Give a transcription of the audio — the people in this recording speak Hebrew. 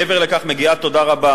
מעבר לכך מגיעה תודה רבה